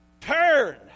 turn